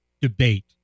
debate